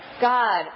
God